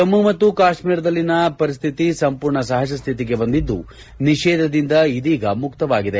ಜಮ್ಮು ಮತ್ತು ಕಾಶ್ಮೀರದಲ್ಲಿನ ಸಂಪೂರ್ಣ ಪರಿಸ್ವಿತಿ ಸಹಜಸ್ತಿತಿಗೆ ಬಂದಿದ್ದು ನಿಷೇಧದಿಂದ ಇದೀಗ ಮುಕ್ತವಾಗಿದೆ